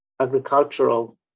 agricultural